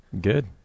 Good